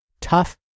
tough